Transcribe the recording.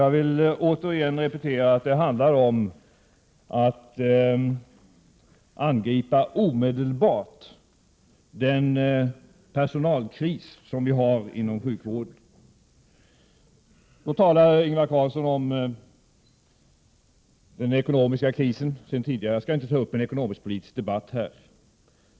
Jag vill upprepa att det handlar om att omedelbart angripa den personalkris som vi har inom sjukvården. Ingvar Carlsson talar om den ekonomiska krisen. Jag skall inte ta upp en ekonomisk-politisk debatt här nu.